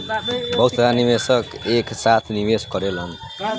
बहुत सारा निवेशक एक साथे निवेश करेलन